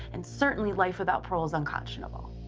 and certainly, life without parole is unconscionable.